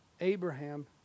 Abraham